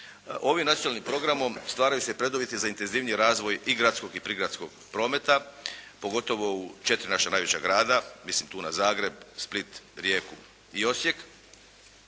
Ovim nacionalnim programom stvaraju se preduvjeti za intenzivniji razvoj i gradskog i prigradskog prometa pogotovo u 4 naša najveća grada. Mislim tu na Zagreb, Split, Rijeku i Osijek.